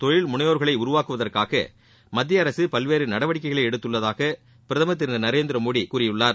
தொழில்முனைவோர்களை உருவாக்குவதற்காக பல்வேறு இளம் மத்திய நடவடிக்கைகளை எடுத்துள்ளதாக பிரதமர் திரு நரேந்திரமோடி கூறியுள்ளார்